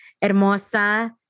hermosa